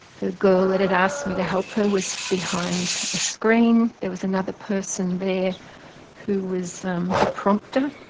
the girl that had asked me to help her was behind a screen. there was another person there who was um the prompter,